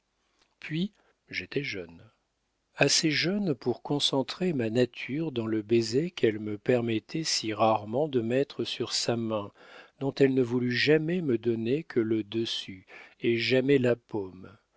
puis j'étais jeune assez jeune pour concentrer ma nature dans le baiser qu'elle me permettait si rarement de mettre sur sa main dont elle ne voulut jamais me donner que le dessus et jamais la paume